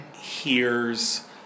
hears